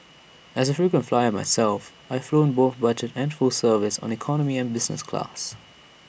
as A frequent flyer myself I've flown both budget and full service on economy and business class